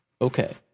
Okay